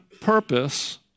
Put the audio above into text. purpose